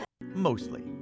Mostly